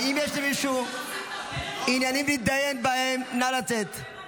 ואם יש למישהו עניינים להידיין בהם, נא לצאת.